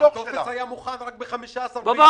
הטופס היה מוכן רק ב-15 ביוני.